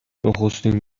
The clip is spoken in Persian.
نخستین